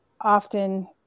often